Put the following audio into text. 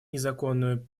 незаконную